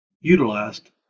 utilized